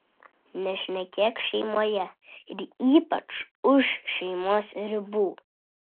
nešnekėk šeimoje ir ypač už šeimos ribų